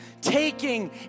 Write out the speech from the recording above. taking